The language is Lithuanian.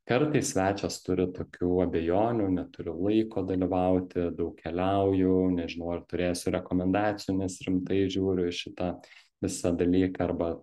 kartais svečias turi tokių abejonių neturiu laiko dalyvauti daug keliauju nežinau ar turėsiu rekomendacijų nes rimtai žiūriu į šitą visą dalyką arba